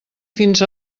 fins